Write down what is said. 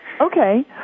Okay